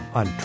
on